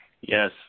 Yes